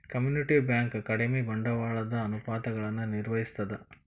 community bank ಕಡಿಮಿ ಬಂಡವಾಳದ ಅನುಪಾತಗಳನ್ನ ನಿರ್ವಹಿಸ್ತದ